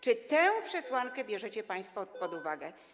Czy tę przesłankę bierzecie państwo pod uwagę?